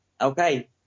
Okay